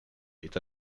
est